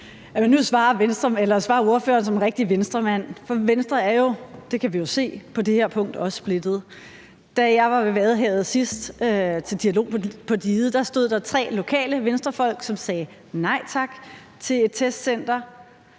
Nu svarer ordføreren som en rigtig Venstremand, for Venstre er – det kan vi jo se – på det her punkt også splittet. Da jeg var ved Vadehavet sidst, til dialog på diget, stod der tre lokale Venstrefolk, som sagde nej tak til et testcenter.